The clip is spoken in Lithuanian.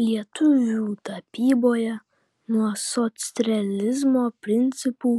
lietuvių tapyboje nuo socrealizmo principų